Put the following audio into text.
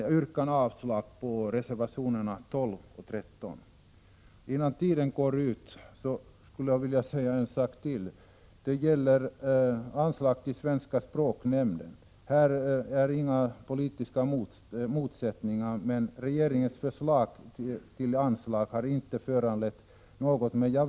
Jag yrkar avslag på reservationerna 12 och 13. Innan tiden går ut vill jag säga några ord beträffande anslag till svenska språknämnden. Här råder inga politiska motsättningar, och regeringens förslag till anslag har inte föranlett några reaktioner.